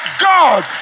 God